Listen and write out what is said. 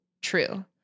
True